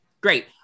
Great